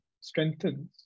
strengthens